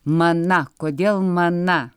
mana kodėl mana